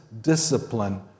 discipline